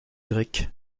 grecs